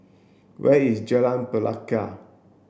where is Jalan Pelikat